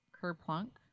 Kerplunk